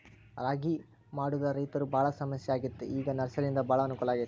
ಅಗಿ ಮಾಡುದ ರೈತರು ಬಾಳ ಸಮಸ್ಯೆ ಆಗಿತ್ತ ಈ ನರ್ಸರಿಯಿಂದ ಬಾಳ ಅನಕೂಲ ಆಗೈತಿ